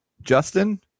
justin